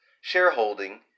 shareholding